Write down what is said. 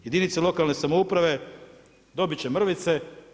Jedinica lokalne samouprave dobiti će mrvice.